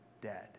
dead